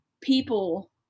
people